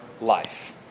life